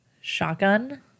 shotgun